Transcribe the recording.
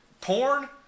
Porn